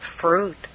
fruit